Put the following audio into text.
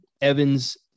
Evan's